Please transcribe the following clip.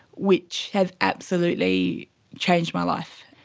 which has absolutely changed my life.